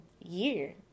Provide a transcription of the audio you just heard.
year